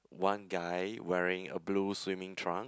one guy wearing a blue swimming trunk